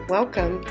Welcome